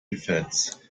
defense